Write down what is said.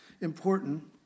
important